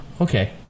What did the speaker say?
Okay